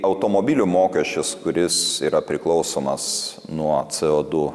automobilių mokesčius kuris yra priklausomas nuo co du